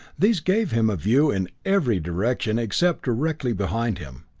these gave him a view in every direction except directly behind him.